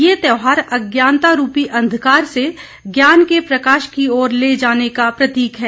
यह त्यौहार अज्ञानता रूपी अंधकार से ज्ञान के प्रकाश की ओर ले जाने का प्रतीक है